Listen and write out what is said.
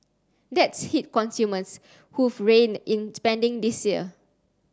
that's hit consumers who've reined in spending this year